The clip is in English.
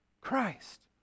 Christ